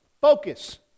focus